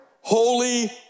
holy